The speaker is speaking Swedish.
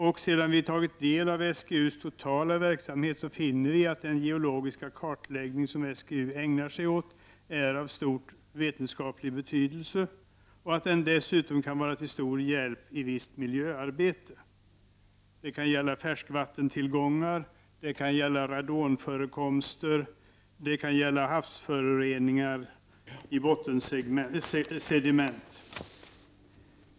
Och sedan vi har tagit del av SGU:s totala verksamhet, finner vi att den geologiska kartläggning som SGU ägnar sig åt är av stor vetenskaplig betydelse och att den dessutom kan vara till stor hjälp i visst miljöarbete. Det kan gälla färskvattentillgångar, radonförekomster och havsföroreningar i bottensediment.